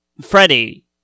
freddie